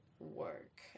work